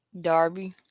Darby